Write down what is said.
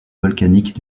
volcaniques